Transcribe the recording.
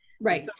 Right